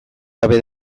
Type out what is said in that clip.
gabe